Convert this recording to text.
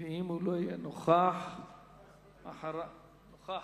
לרשותך חמש דקות.